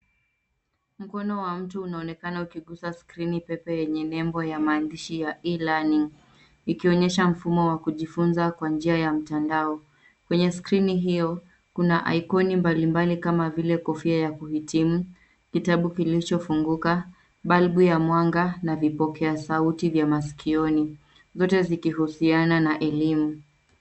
Mkono wa mtu unaonekana ukigusa skrini pepe yenye nembo ya maandishi ya e-learning , ikionyesha mfumo wa kujifunza kwa njia ya mtandao. Kwenye skrini hio, kuna ikoni mbali mbali kama vile: kofia ya kuhitimu, kitabu kilichofunguka, balbu ya mwanga na vipokea sauti vya masikioni. Zote zikihusiana na elimu.